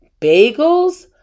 bagels